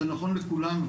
זה נכון לכולנו,